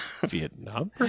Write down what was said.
Vietnam